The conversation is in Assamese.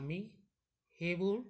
আমি সেইবোৰ